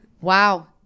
Wow